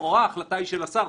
לכאורה ההחלטה היא של השר,